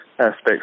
aspects